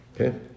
Okay